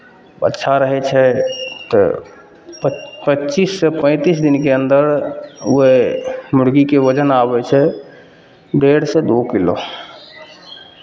अच्छा रहै छै तऽ प पच्चीससँ पैंतीस दिनके अन्दर उएह मुरगीके वजन आबै छै डेढ़सँ दू किलो